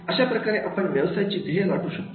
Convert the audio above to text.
अशाप्रकारे आपण व्यवसायाची ध्येय गाठू शकतो